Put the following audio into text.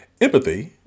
Empathy